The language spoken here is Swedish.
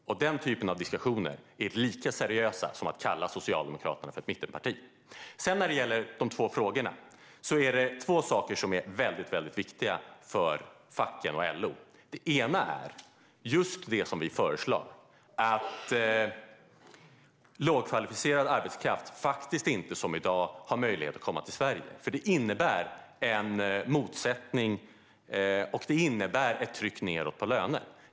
Den typen av diskussioner är lika seriösa som att kalla Socialdemokraterna för ett mittenparti. När det gäller frågorna är det två saker som är mycket viktiga för facken och LO. Det ena är just det som vi föreslår, nämligen att lågkvalificerad arbetskraft inte, så som i dag, ska ha möjlighet att komma till Sverige. Det innebär en motsättning och ett tryck nedåt på löner.